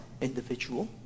individual